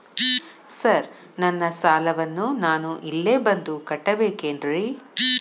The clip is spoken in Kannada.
ಸರ್ ನನ್ನ ಸಾಲವನ್ನು ನಾನು ಇಲ್ಲೇ ಬಂದು ಕಟ್ಟಬೇಕೇನ್ರಿ?